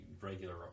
regular